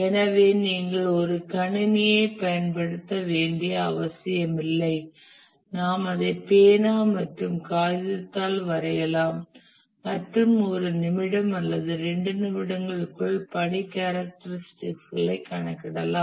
எனவே நீங்கள் ஒரு கணினியைப் பயன்படுத்த வேண்டிய அவசியமில்லை நாம் அதை பேனா மற்றும் காகிதத்தால் வரையலாம் மற்றும் ஒரு நிமிடம் அல்லது இரண்டு நிமிடங்களுக்குள் பணி கேரக்டரிஸ்டிகஸ்களை கணக்கிடலாம்